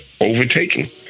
overtaking